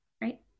right